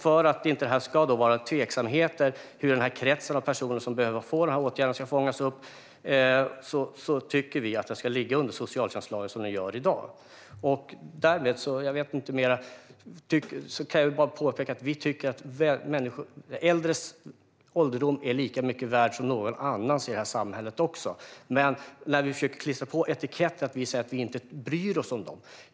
För att det inte ska finnas några tveksamheter om hur den krets av personer som behöver få dessa åtgärder ska fångas upp tycker vi att detta ska ligga under socialtjänstlagen, som fallet är i dag. Jag vill påpeka att vi tycker att äldre är lika mycket värda som några andra i samhället. Caroline Szyber försöker att klistra på oss etiketter och säger att vi inte bryr oss om dem.